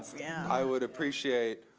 yeah i would appreciate